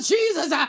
Jesus